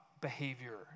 behavior